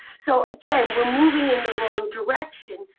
so again, we're moving in the wrong direction.